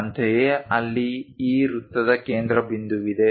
ಅಂತೆಯೇ ಅಲ್ಲಿ ಈ ವೃತ್ತದ ಕೇಂದ್ರಬಿಂದುವಿದೆ